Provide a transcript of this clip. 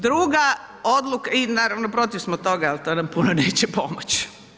Druga odluka, i naravno protiv smo toga ali to nam puno neće pomoći.